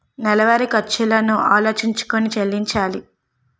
నెలవారి ఖర్చులను ఆలోచించుకొని చెల్లించాలి